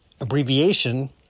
abbreviation